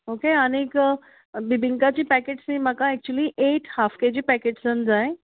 okay आनी बिबिंकांची पॅकेट्सय म्हाका actually eight half K G पॅकेट्सान जाय